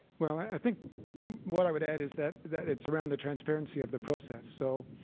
well, i think what i would add is that that it's around the transparency of the process. so,